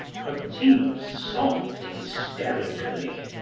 clotilde sobbed hysterically.